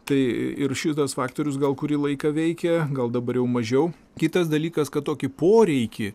tai ir šitas faktorius gal kurį laiką veikė gal dabar jau mažiau kitas dalykas kad tokį poreikį